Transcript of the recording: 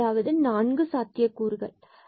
அதாவது நான்கு சாத்தியக்கூறுகள் இங்கு உள்ளது